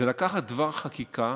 זה לקחת דבר חקיקה